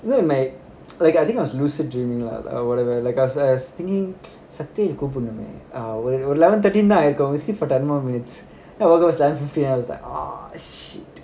you know in my like I think I was lucid dreaming lah or whatever like I was thinking Sakthivel கூப்பிடணுமே ஒரு:sakthivel koopidanume oru eleven thirty nine I'll go to sleep for ten more minutes I was like ah shit